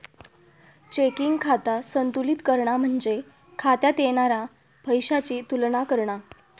checking खाता संतुलित करणा म्हणजे खात्यात येणारा पैशाची तुलना करणा